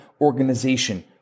organization